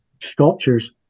sculptures